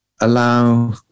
allow